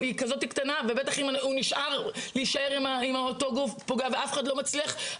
בטח אם הוא נשאר עם אותו גוף פוגע והרשויות